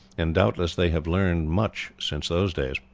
and doubtless they have learned much since those days.